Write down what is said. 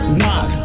knock